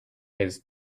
his